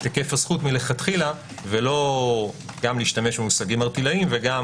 היקף הזכות מלכתחילה ולא להשתמש גם במושגים ערטילאיים וגם